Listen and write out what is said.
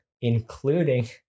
including